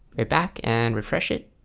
we're back and refresh it.